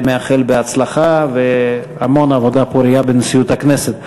מאחל הצלחה והמון עבודה פורייה בנשיאות הכנסת.